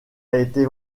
été